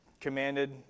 commanded